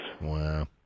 Wow